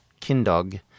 Kindog